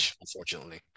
unfortunately